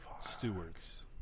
stewards